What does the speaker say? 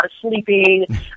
sleeping